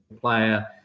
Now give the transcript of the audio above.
player